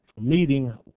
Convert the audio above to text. meeting